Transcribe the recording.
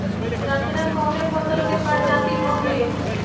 रचना कवने फसल के प्रजाति हयुए?